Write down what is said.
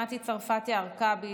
מטי צרפתי הרכבי,